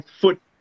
foot